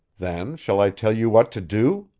then shall i tell you what to do?